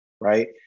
right